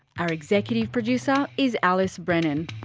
our executive producer is alice brennan.